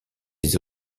des